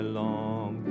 long